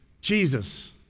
Jesus